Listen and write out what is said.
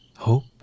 hope